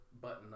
Button